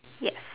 yep